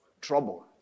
trouble